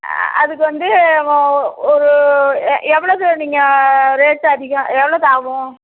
அதுக்கு வந்து ஓ ஓ ஒரு எ எவ்வளோது நீங்கள் ரேட்டு அதிகம் எவ்வளோது ஆகும்